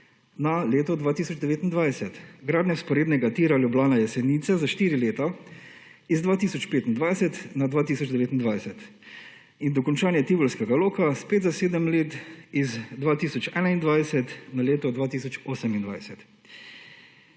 na leto 2029, gradnja vzporednega tira Ljubljana-Jesenice za štiri leta iz 2025 na 2029 in dokončanje tivolskega loka spet za 7 let, iz 2021 na leto 2028.